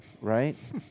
Right